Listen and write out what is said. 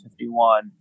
51